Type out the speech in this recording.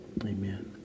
Amen